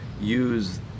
use